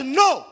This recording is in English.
no